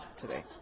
today